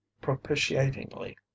propitiatingly